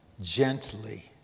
Gently